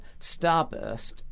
Starburst